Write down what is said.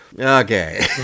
okay